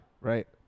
right